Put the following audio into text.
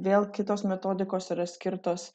vėl kitos metodikos yra skirtos